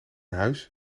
huis